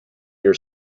your